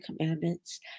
commandments